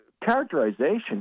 characterization